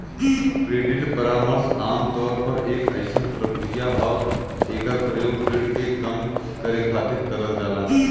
credit परामर्श आमतौर पर एक अइसन प्रक्रिया हौ एकर प्रयोग ऋण के कम करे खातिर करल जाला